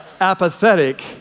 apathetic